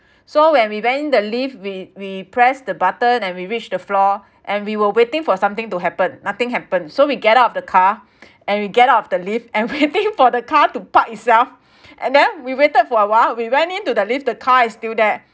so when we went in the lift we we press the button and we reach the floor and we were waiting for something to happen nothing happen so we get out of the car and we get out of the lift and waiting for the car to park itself and then we waited for a while we went into the lift the car is still there